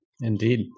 Indeed